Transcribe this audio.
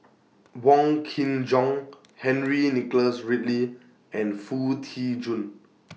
Wong Kin Jong Henry Nicholas Ridley and Foo Tee Jun